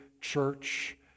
church